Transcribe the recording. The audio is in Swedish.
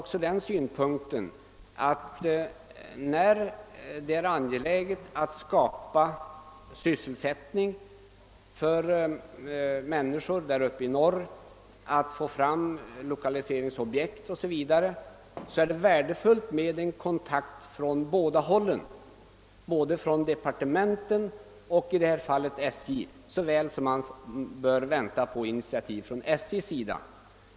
Men eftersom det är angegläget att skapa sysselsättning för människor där uppe i norr, att få till stånd lokaliseringsobjekt o.s. v., så anser jag det värdefullt med kontakt från båda hållen —i detta fall från såväl kommunikationsdepartementet som SJ.